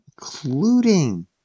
including